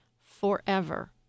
forever